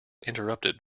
interrupted